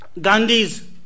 Gandhi's